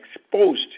exposed